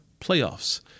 playoffs